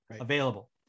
available